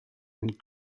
and